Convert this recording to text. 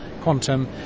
Quantum